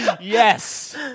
Yes